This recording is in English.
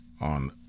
on